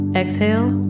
exhale